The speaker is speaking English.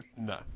No